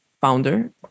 founder